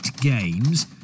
games